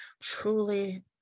truly